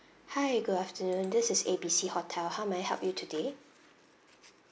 hi good afternoon this is A B C hotel how may I help you today